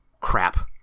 crap